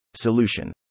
Solution